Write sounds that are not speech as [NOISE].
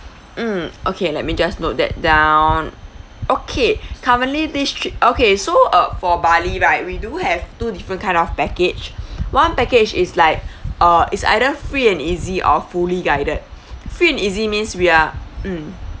mm okay let me just note that down okay currently this trip okay so uh for bali right we do have two different kind of package [NOISE] one package is like uh is either free and easy or fully guided free and easy means we are mm